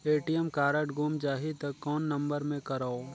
ATM card गुम जाही त कौन नम्बर मे करव?